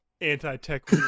anti-tech